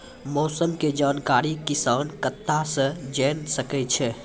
मौसम के जानकारी किसान कता सं जेन सके छै?